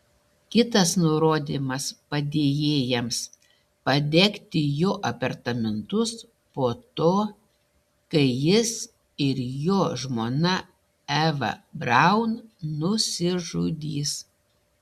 kitas nurodymas padėjėjams padegti jo apartamentus po to kai jis ir jo žmona eva braun nusižudys